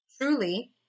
truly